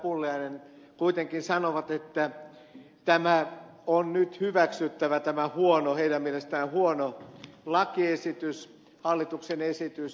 pulliainen kuitenkin sanovat että on nyt hyväksyttävä tämä huono heidän mielestään huono lakiesitys hallituksen esitys